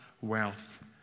wealth